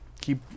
Keep